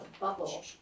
bubble